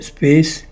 Space